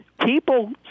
People